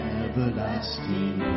everlasting